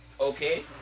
Okay